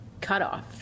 cutoff